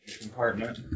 compartment